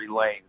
Lane